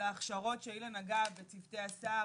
להכשרות שאילן נגע בצוותי ---.